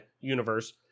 universe